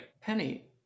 Penny